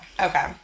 Okay